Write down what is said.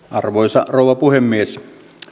arvoisa rouva puhemies